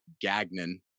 Gagnon